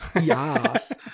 yes